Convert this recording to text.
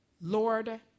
Lord